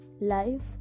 life